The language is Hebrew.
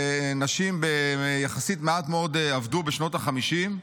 נשים עבדו מעט מאוד יחסית בשנות החמישים,